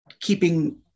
keeping